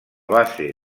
base